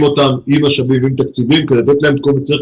אותן עם משאבים ועם תקציבים ונותנים להן את כל מה שצריך